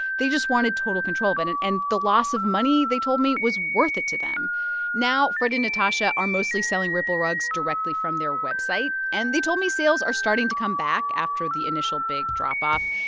they just wanted total control of it. and and and the loss of money, they told me, was worth it to them now fred and natasha are mostly selling ripple rugs directly from their website. and they told me sales are starting to come back after the initial big drop-off.